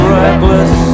reckless